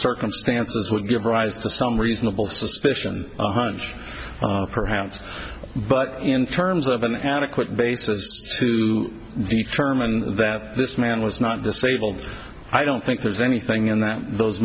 circumstances would give rise to some reasonable suspicion hunch perhaps but in terms of an adequate basis to determine that this man was not disabled i don't think there's anything in that those